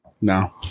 No